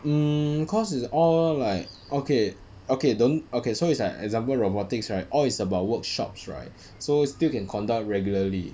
hmm cause is all like okay okay don't okay so it's like example robotics right all is about workshops right so still can conduct regularly